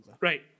Right